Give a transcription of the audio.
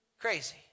Crazy